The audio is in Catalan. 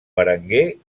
berenguer